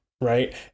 right